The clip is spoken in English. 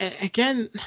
Again